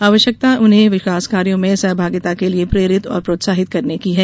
आवश्यकता उन्हें विकास कार्यों में सहभागिता के लिए प्रेरित और प्रोत्साहित करने की है